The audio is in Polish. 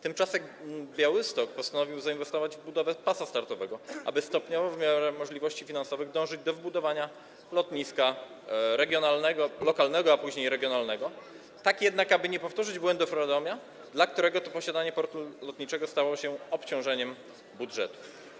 Tymczasem Białystok postanowił zainwestować w budowę pasa startowego, aby stopniowo, w miarę możliwości finansowych dążyć do wybudowania lotniska lokalnego, a później regionalnego, tak jednak, aby nie powtórzyć błędów Radomia, dla którego posiadanie portu lotniczego stało się obciążeniem budżetu.